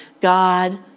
God